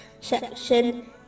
section